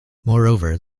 moreover